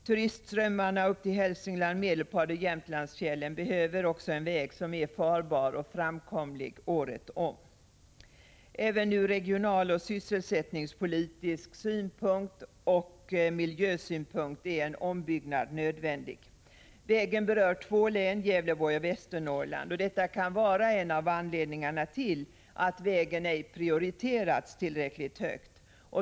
Turistströmmarna till Hälsingland, Medelpad och Jämtlandsfjällen behöver också en väg som är farbar och framkomlig året om. Även ur regionaloch sysselsättningspolitisk synpunkt och miljösynpunkt är en ombyggnad nödvändig. Vägen berör två län, Gävleborgs och Västernorrlands, och detta kan vara en av anledningarna till att vägen ej prioriterats tillräckligt högt.